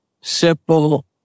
simple